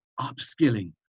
upskilling